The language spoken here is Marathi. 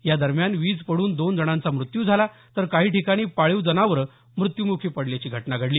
या दरम्यान वीज पडून दोन जणांचा मृत्यू झाला तर काही ठिकाणी पाळीव जनावरे मृत्युमुखी पडण्याच्या घटना घडल्या